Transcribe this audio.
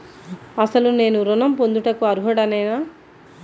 అసలు నేను ఋణం పొందుటకు అర్హుడనేన?